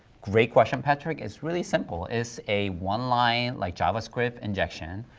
great question, patrick, it's really simple. it's a one-line like javascript injection,